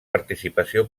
participació